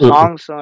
Songs